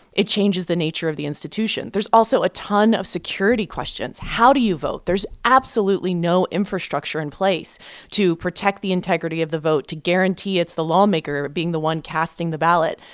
it changes the nature of the institution. there's also a ton of security questions. how do you vote? there's absolutely no infrastructure in place to protect the integrity of the vote to guarantee it's the lawmaker but being the one casting the ballot.